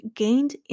gained